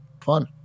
fun